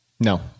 no